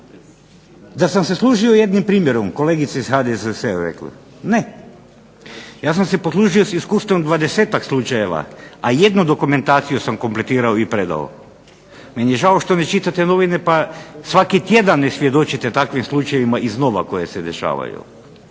DA sam se služio jednim primjerom kolegica iz .... rekla, ja sam se poslužio iskustvom iz 20-tak slučajeva a jednu dokumentaciju sam kompletirao i predao. Meni je žao što ne čitate novine pa svaki tjedan ne svjedočite takvim slučajevima iznova koje se dešavaju.